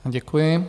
Děkuji.